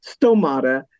stomata